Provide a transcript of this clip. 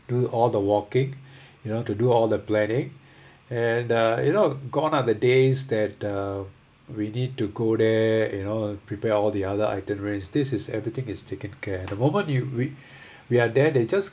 do all the walking you know to do all the planning and uh you know gone are the days that uh we need to go there you know prepare all the other itineraries this is everything is taken care the moment you we we are there they just